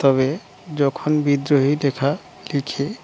তবে যখন বিদ্রোহী লেখা লিখে